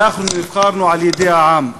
אנחנו נבחרנו על-ידי העם,